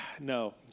No